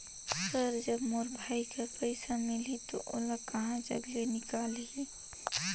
Sir जब मोर भाई के पइसा मिलही तो ओला कहा जग ले निकालिही?